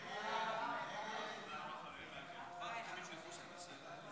חוק הגישה לתוכן דיגיטלי לאחר פטירתו של אדם,